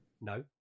No